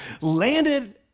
landed